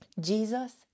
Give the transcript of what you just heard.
Jesus